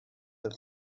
have